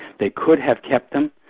they could have kept them,